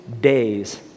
days